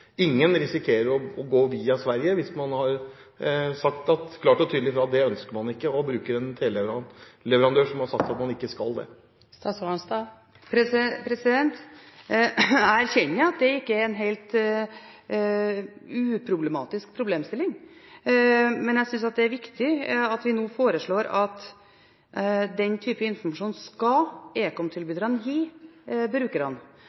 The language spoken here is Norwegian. via Sverige hvis man klart og tydelig har sagt fra at det ønsker man ikke, og bruker en teleleverandør som har sagt at det ikke skal det. Jeg erkjenner at dette ikke er en helt uproblematisk problemstilling, men jeg synes det er viktig at vi nå foreslår at den type informasjon skal